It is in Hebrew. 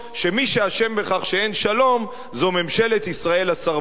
ולהסביר לכל העולם כולו שמי שאשם בכך שאין שלום זה ממשלת ישראל הסרבנית.